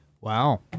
Wow